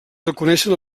reconeixen